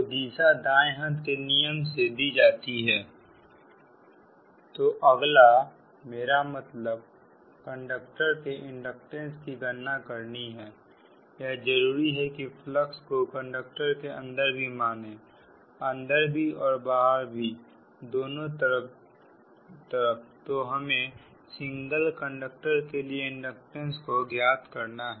तो दिशा दाएं हाथ के नियम से दी जाती है तो अगला है मेरा मतलब कंडक्टर के इंडक्टेंस की गणना करनी है यह जरूरी है कि फलक्स को कंडक्टर के अंदर भी माने अंदर भी और बाहर भी दोनों तरफ तो हमें सिंगल कंडक्टर के लिए इंडक्टेंस को ज्ञात करना है